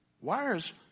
wires